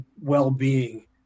well-being